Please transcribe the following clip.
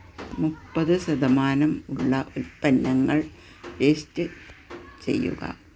മുപ്പത് ശതമാനം ഉള്ള ഉൽപ്പന്നങ്ങൾ ലിസ്റ്റ് ചെയ്യുക